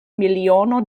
miliono